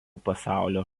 pasaulio